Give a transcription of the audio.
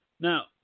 Now